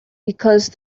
because